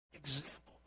example